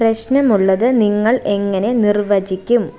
പ്രശ്നമുള്ളത് നിങ്ങൾ എങ്ങനെ നിർവചിക്കും